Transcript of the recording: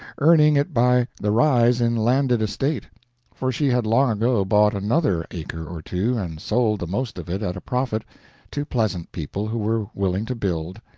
earning it by the rise in landed estate for she had long ago bought another acre or two and sold the most of it at a profit to pleasant people who were willing to build,